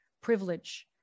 privilege